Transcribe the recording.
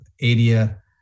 area